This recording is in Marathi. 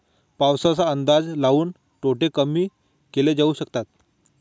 पाऊसाचा अंदाज लाऊन तोटे कमी केले जाऊ शकतात